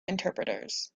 interpreters